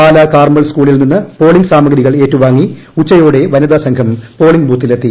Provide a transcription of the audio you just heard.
Pala Carmel സ്കൂളിൽനിന്ന് polling സാമഗ്രികൾ ഏറ്റുവാങ്ങി ഉച്ചയോടെ വനിതാ സംഘം പോളിംഗ് ബൂത്തിലെത്തി